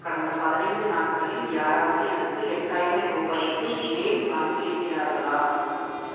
கடந்த பதினைந்து நாட்களில் யாராவது எனக்கு எட்டாயிரம் ரூபாய்க்கு மேல் அனுப்பி இருக்கிறார்களா